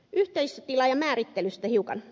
yhteisötilaajamäärittelystä hiukan